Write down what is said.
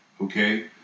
okay